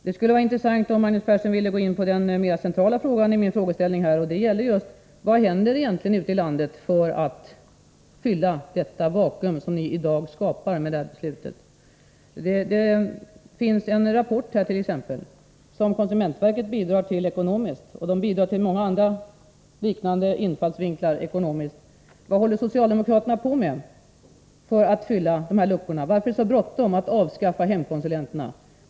Det skulle vara intressant om Magnus Persson ville gå in på den mera centrala frågan, nämligen: Vad händer egentligen ute i landet för att fylla det vakuum som ni i dag skapar med det här beslutet? Det finns t.ex. en rapport som konsumentverket bidragit till ekonomiskt. Det bidrar ekonomiskt till många liknande infallsvinklar. Vad håller socialdemokraterna på med för att fylla de här luckorna? Varför är det så bråttom att avskaffa hemkonsulenterna?